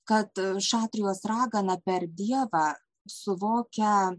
kad šatrijos ragana per dievą suvokia